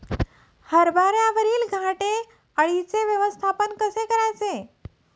हरभऱ्यावरील घाटे अळीचे व्यवस्थापन कसे करायचे?